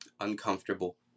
uncomfortable